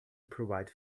provide